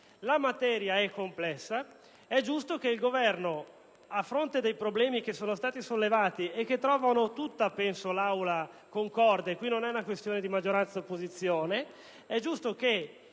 La materia è complessa ed è giusto quindi che il Governo, a fronte dei problemi che sono stati sollevati e che trovano tutta l'Assemblea concorde (non è dunque questione di maggioranza od opposizione),